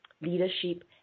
leadership